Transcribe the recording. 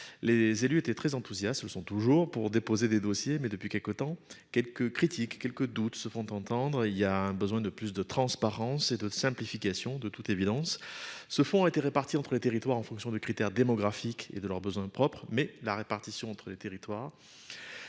Les élus étaient très enthousiastes sont toujours pour déposer des dossiers, mais depuis quelques temps, quelques critiques quelques doutes se font entendre. Il y a un besoin de plus de transparence et de simplification de toute évidence, ce fonds a été répartis entre les territoires en fonction de critères démographiques et de leurs besoins propres, mais la répartition entre les territoires.